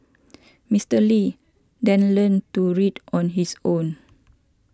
Mister Lee then learnt to read on his own